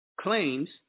claims